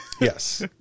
Yes